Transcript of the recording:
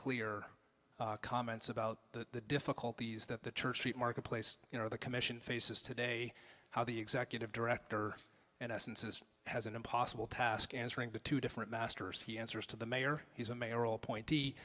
clear comments about the difficulties that the church street marketplace you know the commission faces today how the executive director and essence is has an impossible task answering to two different masters he answers to the mayor he's a mayoral appointee